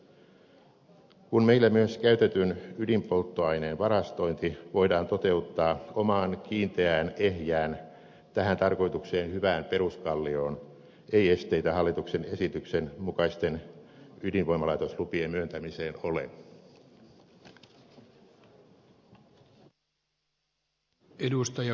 kun meillä myös käytetyn ydinpolttoaineen varastointi voidaan toteuttaa omaan kiinteään ehjään tähän tarkoitukseen hyvään peruskallioon ei esteitä hallituksen esityksen mukaisten ydinvoimalaitoslupien myöntämiseen ole